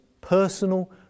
personal